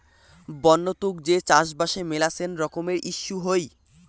বন্য তুক যে চাষবাসে মেলাছেন রকমের ইস্যু হই